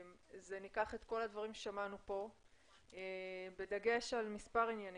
ניקח את כל הדברים ששמענו פה בדגש על מספר עניינים.